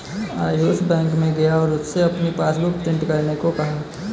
Ayush bank में गया और उससे अपनी पासबुक प्रिंट करने को कहा